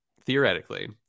theoretically